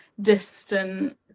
distant